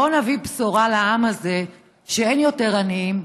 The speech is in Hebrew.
בוא נביא בשורה לעם הזה שאין יותר עניים,